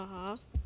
(uh huh)